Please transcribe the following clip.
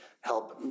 help